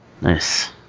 Nice